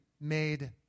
made